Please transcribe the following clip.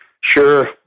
Sure